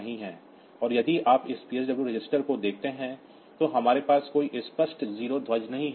और यदि आप इस PSW रजिस्टर को देखते हैं तो हमारे पास कोई स्पष्ट 0 ध्वज नहीं है